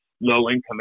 low-income